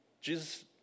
Jesus